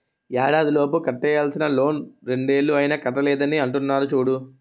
ఏడాదిలోపు కట్టేయాల్సిన లోన్ రెండేళ్ళు అయినా కట్టలేదని అంటున్నారు చూడు